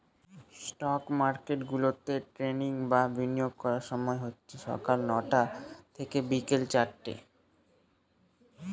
stock market গুলাতে trading বা বিনিয়োগ করার সময় হচ্ছে সকাল নটা থেকে বিকেল চারটে